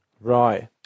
Right